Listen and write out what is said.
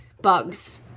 bugs